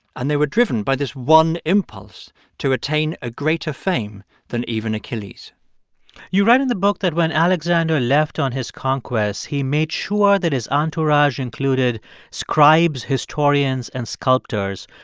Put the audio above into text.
and they were driven by this one impulse to attain a greater fame than even achilles you write in the book that when alexander left on his conquest, he made sure that his entourage included scribes, historians and sculptors.